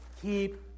keep